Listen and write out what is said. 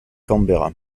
canberra